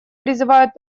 призывают